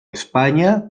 espanya